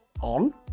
on